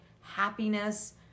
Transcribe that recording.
happiness